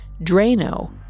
Drano